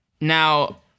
Now